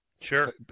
Sure